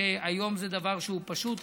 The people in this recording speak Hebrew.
והיום זה דבר שהוא פשוט.